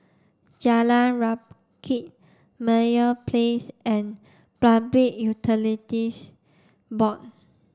Jalan Rakit Meyer Place and Public Utilities Board